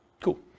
Cool